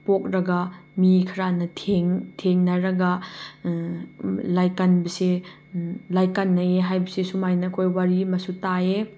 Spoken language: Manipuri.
ꯄꯣꯛꯂꯒ ꯃꯤ ꯈꯔꯅ ꯊꯦꯡꯅꯔꯒ ꯂꯥꯏꯀꯠꯄꯁꯦ ꯂꯥꯏꯀꯠꯅꯩꯌꯦ ꯍꯥꯏꯕꯁꯦ ꯁꯨꯃꯥꯏꯅ ꯑꯩꯈꯣꯏ ꯋꯥꯔꯤ ꯑꯃꯁꯨ ꯇꯥꯏꯌꯦ